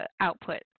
Output